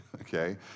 okay